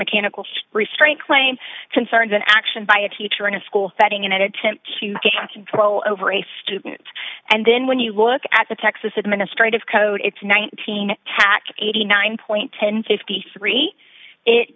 mechanical restraint claim concerns an action by a teacher in a school setting in an attempt to gain control over a student and then when you look at the texas administrative code it's nineteen tack eighty nine one thousand and fifty three it